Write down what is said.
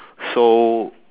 so